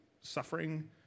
suffering